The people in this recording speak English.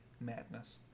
madness